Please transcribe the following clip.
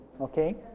Okay